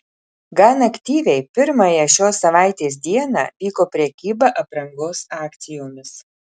gan aktyviai pirmąją šios savaitės dieną vyko prekyba aprangos akcijomis